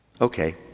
Okay